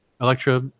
Electra